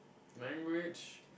language